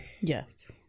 Yes